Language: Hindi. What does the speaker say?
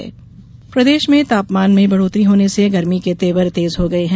मौसम तापमान प्रदेश में तापमान में बढ़ोत्तरी होने से गर्मी के तेवर तेज हो गये है